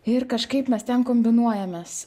ir kažkaip mes ten kombinuojamės